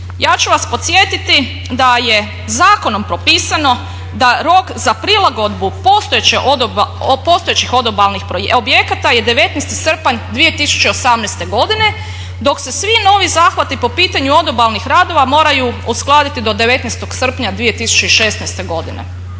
Ja ću vas podsjetiti da je zakonom propisano da rok za prilagodbu postojećih odobalnih objekata je 19. srpanj 2018. godine dok se svi novi zahvati po pitanju odobalnih radova moraju uskladiti do 19. srpnja 2016. godine.